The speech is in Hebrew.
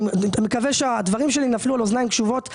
אני מקווה שהדברים שלי נפלו על אוזניים קשובות.